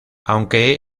aunque